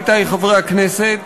עמיתי חברי הכנסת,